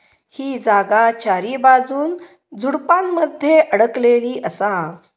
ही जागा चारीबाजून झुडपानमध्ये अडकलेली असा